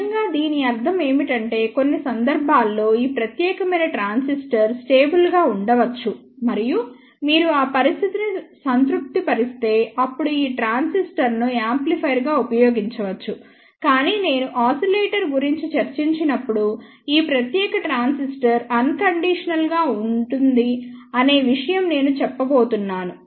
నిజంగా దీని అర్థం ఏమిటంటే కొన్ని సందర్భాల్లో ఈ ప్రత్యేకమైన ట్రాన్సిస్టర్ స్టేబుల్ గా ఉండవచ్చు మరియు మీరు ఆ పరిస్థితిని సంతృప్తిపరిస్తే అప్పుడు ఈ ట్రాన్సిస్టర్ను యాంప్లిఫైయర్గా ఉపయోగించవచ్చు కానీ నేను ఆసిలేటర్ గురించి చర్చించినప్పుడు ఈ ప్రత్యేక ట్రాన్సిస్టర్ అన్ కండీషనల్ గా ఉంటుంది అనే విషయం నేను చెప్పబోతున్నాను